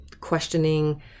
questioning